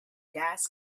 gas